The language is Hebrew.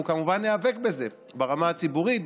אנחנו כמובן ניאבק בזה ברמה הציבורית,